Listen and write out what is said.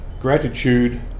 gratitude